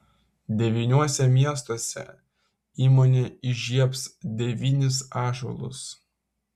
devyniuose miestuose įmonė įžiebs devynis ąžuolus